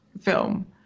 film